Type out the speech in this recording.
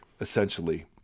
essentially